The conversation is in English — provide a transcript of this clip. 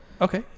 Okay